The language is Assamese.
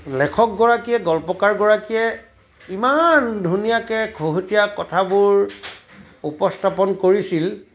লেখকগৰাকীয়ে গল্পকাৰগৰাকীয়ে ইমান ধুনীয়াকৈ খুহুটীয়া কথাবোৰ উপস্থাপন কৰিছিল